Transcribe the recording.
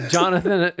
Jonathan